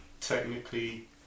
technically